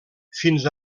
fins